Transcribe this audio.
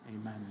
amen